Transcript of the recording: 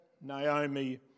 Naomi